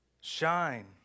shine